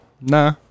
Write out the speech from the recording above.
Nah